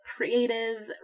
creatives